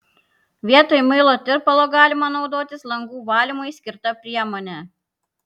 vietoj muilo tirpalo galima naudotis langų valymui skirta priemone